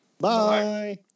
Bye